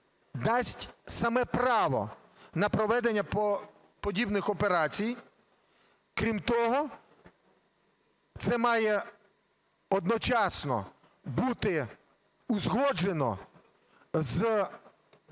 дасть саме право на проведення подібних операцій. Крім того, це має одночасно бути узгоджено з